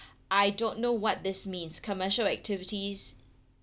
I don't know what this means commercial activities